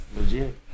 Legit